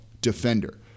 defender